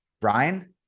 Brian